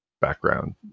background